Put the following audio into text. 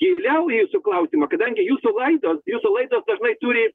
giliau į jūsų klausimą kadangi jūsų laidos jūsų laidos dažnai turi